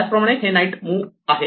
त्याचप्रमाणे हे knight move आहे